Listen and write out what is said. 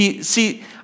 See